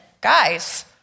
guys